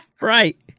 Right